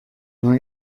neu